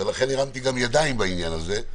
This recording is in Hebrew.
ולכן גם הרמתי ידיים בעניין הזה,